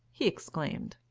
he exclaimed.